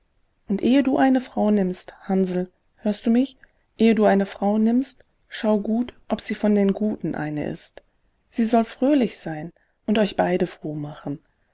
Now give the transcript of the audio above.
und ehe du eine frau nimmst hansl hörst du mich ehe du eine frau nimmst schau gut ob sie von den guten eine ist sie soll fröhlich sein und euch beide froh machen